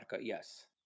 yes